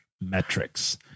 metrics